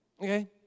Okay